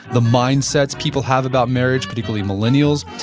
the mindsets people have about marriage, particularly millennials,